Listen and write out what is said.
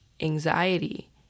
anxiety